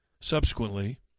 subsequently